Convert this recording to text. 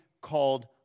called